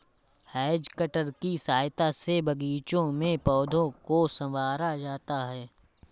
has cutter की सहायता से बागीचों में पौधों को सँवारा जाता है